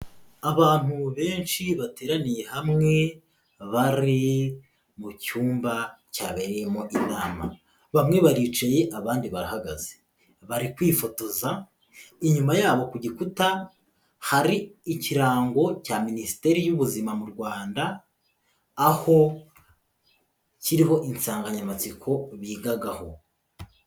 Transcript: Abantu benshi bateraniye hamwe bari mu cyumba cyabereyemo inama, bamwe baricaye abandi barahagaze, bari kwifotoza inyuma yabo ku gikuta hari ikirango cya Minisiteri y'Ubuzima mu Rwanda, aho kiriho insanganyamatsiko bigagaho.